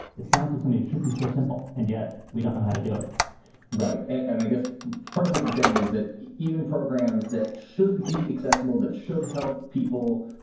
it sounds like something we should be so simple and yet we don't know how to do it right and i guess part of what you're saying is that even programs that should be accessible, that should help people.